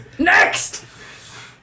Next